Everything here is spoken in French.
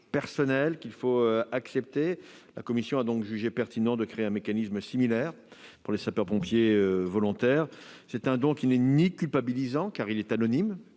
personnelle, la commission a jugé pertinent de créer un mécanisme similaire pour les sapeurs-pompiers volontaires. Ce don n'est ni culpabilisant, car il est anonyme-